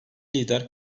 lider